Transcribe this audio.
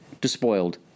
despoiled